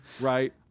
Right